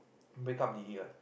break up delete what